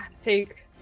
take